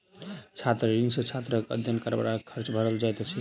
छात्र ऋण सॅ छात्रक अध्ययन करबाक खर्च भरल जाइत अछि